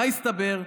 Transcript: מה הסתבר?